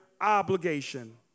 obligation